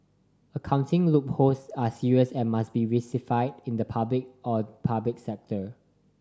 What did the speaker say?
accounting loopholes are serious and must be rectified in the public or public sector